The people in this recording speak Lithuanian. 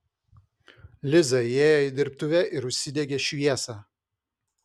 liza įėjo į dirbtuvę ir užsidegė šviesą